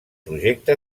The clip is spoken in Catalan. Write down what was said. projecte